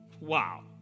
Wow